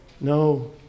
no